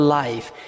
life